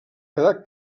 quedar